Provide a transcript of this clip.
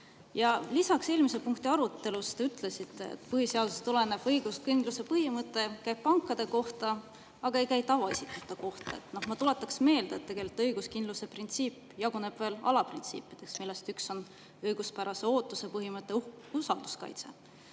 ära. Lisaks, eelmise punkti arutelus te ütlesite, et põhiseadusest tulenev õiguskindluse põhimõte käib pankade kohta, aga ei käi tavaisikute kohta. Ma tuletan meelde, et tegelikult jaguneb õiguskindluse printsiip veel alaprintsiipideks, millest üks on õiguspärase ootuse põhimõte, usalduskaitse.